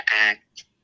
act